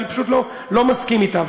אני פשוט לא מסכים אתה.